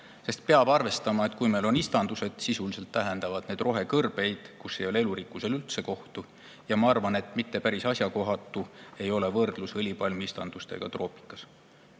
Sest peab arvestama, et kui meil on istandused, sisuliselt tähendavad need rohekõrbeid, kus ei ole elurikkusel üldse kohta. Ja ma arvan, et mitte päris asjakohatu ei ole võrdlus õlipalmiistandustega troopikas.